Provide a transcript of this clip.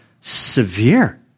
severe